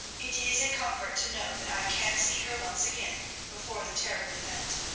it is a comfort to know that i can see her once again before the terrible event.